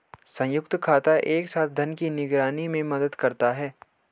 संयुक्त खाता एक साथ धन की निगरानी में मदद करता है